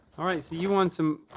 all right, so you won some,